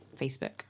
Facebook